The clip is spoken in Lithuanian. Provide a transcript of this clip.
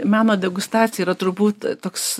meno degustacija yra turbūt toks